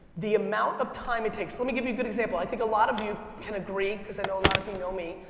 the amount of time it takes, let me give you a good example. i think a lot of you can agree cause i know a lot of you know me,